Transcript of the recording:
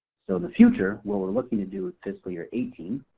so in the future, what we're looking to do in fiscal year eighteen,